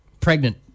Pregnant